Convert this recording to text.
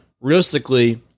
realistically